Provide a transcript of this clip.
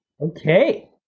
Okay